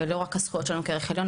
ולא רק הזכויות שלנו כערך עליון,